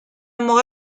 mort